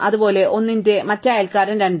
അതുപോലെ 1 ന്റെ മറ്റേ അയൽക്കാരൻ 2